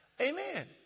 Amen